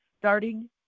starting